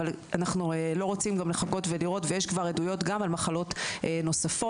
ואנחנו לא רוצים גם לחכות ולראות ויש גם עדויות גם על מחלות נוספות.